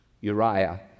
Uriah